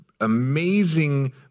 amazing